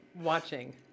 watching